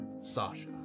Sasha